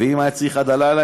ואם היה צריך עד הלילה,